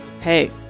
Hey